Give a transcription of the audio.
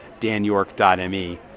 danyork.me